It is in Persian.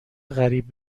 قریب